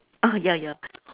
ah ya ya